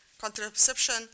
contraception